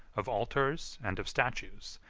of altars, and of statues,